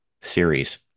series